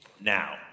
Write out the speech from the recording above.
Now